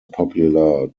popular